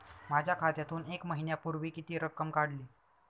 माझ्या खात्यातून एक महिन्यापूर्वी किती रक्कम काढली?